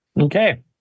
Okay